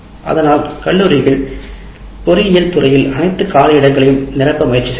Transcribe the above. அதனால் கல்லூரிகள் பொறியியல் துறையில் அனைத்து காரியங்களையும் நிரப்ப முயற்சி செய்தன